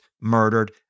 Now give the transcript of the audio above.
murdered